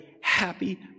happy